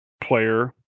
player